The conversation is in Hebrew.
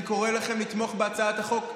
אני קורא לכם לתמוך בהצעת החוק הזאת,